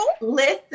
Listen